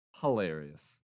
Hilarious